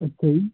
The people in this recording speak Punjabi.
ਅੱਛਾ ਜੀ